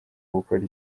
gukora